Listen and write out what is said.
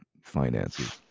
finances